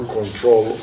control